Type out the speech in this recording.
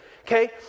Okay